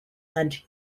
and